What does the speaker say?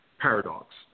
paradox